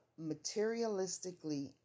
materialistically